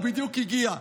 הוא בדיוק הגיע,